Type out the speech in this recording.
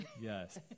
Yes